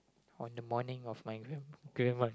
on the morning of my grandma